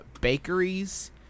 bakeries